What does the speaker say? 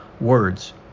words